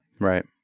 Right